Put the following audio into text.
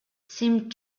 seemed